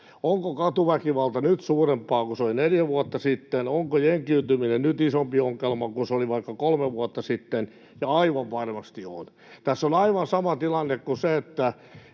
Onko katuväkivalta nyt suurempaa kuin se oli neljä vuotta sitten? Onko jengiytyminen nyt isompi ongelma kuin se oli vaikka kolme vuotta sitten? Aivan varmasti on. Tässä on aivan sama tilanne kuin se, että